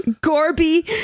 Gorby